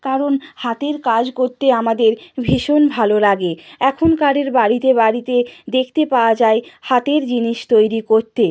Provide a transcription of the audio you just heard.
কারণ হাতের কাজ করতে আমাদের ভীষণ ভালো লাগে এখনকারের বাড়িতে বাড়িতে দেখতে পাওয়া যায় হাতের জিনিস তৈরি করতে